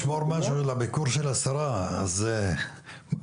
בסוף, כל זה אני אומר,